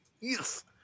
Yes